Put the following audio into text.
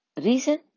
Reason